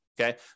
Okay